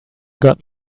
got